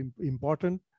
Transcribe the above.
important